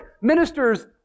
Ministers